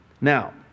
Now